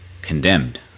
Condemned